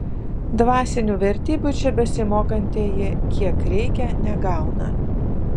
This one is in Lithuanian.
dvasinių vertybių čia besimokantieji kiek reikia negauna